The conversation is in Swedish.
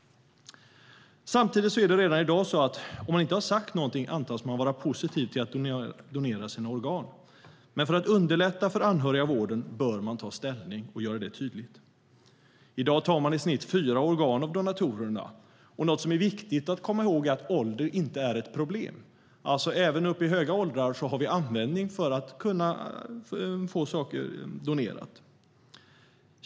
Samtidigt är det redan i dag så att man, om man inte har sagt någonting, antas vara positiv till att donera sina organ. Men för att underlätta för anhöriga och vården bör man ta ställning och göra det tydligt. I dag tar man i snitt fyra organ av donatorerna. Något som är viktigt att komma ihåg är att ålder inte är ett problem. Även i höga åldrar har vi användning av donatorer.